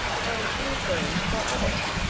and inquiries for others.